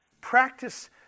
Practice